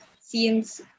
scenes